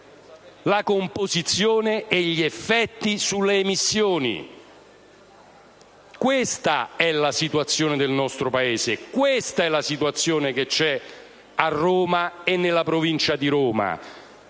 la composizione e gli effetti sulle emissioni. Questa è la situazione del nostro Paese, questa è la situazione che c'è a Roma e nella Provincia di Roma;